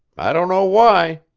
i don't know why.